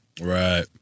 right